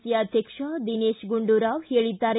C ಅಧ್ಯಕ್ಷ ದಿನೇಶ ಗುಂಡುರಾವ್ ಹೇಳಿದ್ದಾರೆ